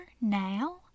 now